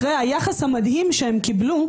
אחרי היחס המדהים שהם קיבלו,